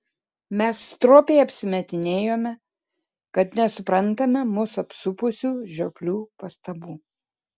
mes stropiai apsimetinėjome kad nesuprantame mus apsupusių žioplių pastabų